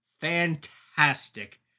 Fantastic